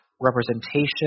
representation